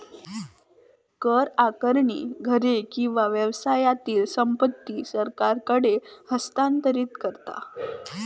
कर आकारणी घरे किंवा व्यवसायातली संपत्ती सरकारकडे हस्तांतरित करता